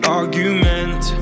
argument